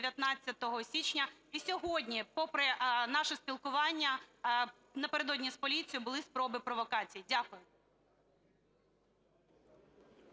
19 січня. І сьогодні, попри наше спілкування напередодні з поліцією, були спроби провокацій. Дякую.